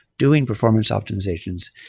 doing performance optimizations,